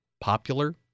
Popular